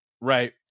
right